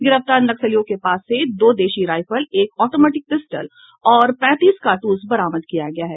गिरफ्तार नक्सलियों के पास से दो देशी राइफल एक ऑटोमेटिक पिस्टल और पैंतीस कारतूस बरामद किया है